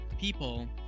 people